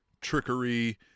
trickery